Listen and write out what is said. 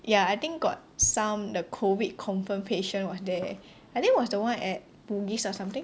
ya I think got some the COVID confirmed patient was there I think was the one at Bugis or something